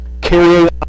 carrying